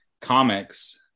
comics